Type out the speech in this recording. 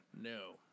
No